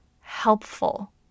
helpful